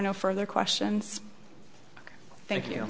no further questions thank you